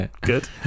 Good